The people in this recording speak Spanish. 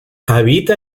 habita